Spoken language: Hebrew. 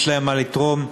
יש להם מה לתרום.